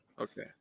okay